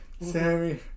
Sammy